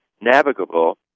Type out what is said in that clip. navigable